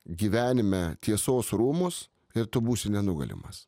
gyvenime tiesos rūmus ir tu būsi nenugalimas